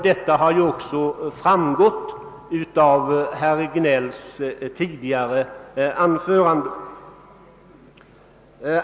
Detta har ju också framgått av herr Regnélls tidigare anförande.